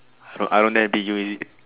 thought I don't dare to beat you is it